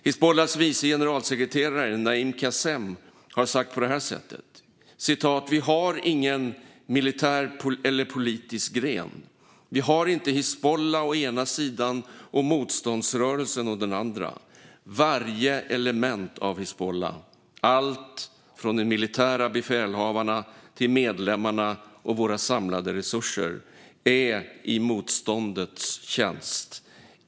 Hizbullahs vice generalsekreterare Naim Qassem har sagt på det här sättet: Vi har ingen militär eller politisk gren. Vi har inte Hizbullah å ena sidan och motståndsrörelsen å den andra. Varje element av Hizbullah, allt från de militära befälhavarna till medlemmarna och våra samlade resurser, är i motståndets tjänst.